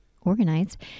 organized